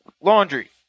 Laundry